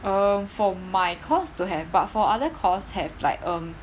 um for my course don't have but for other course have like um